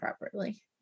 properly